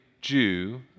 Jew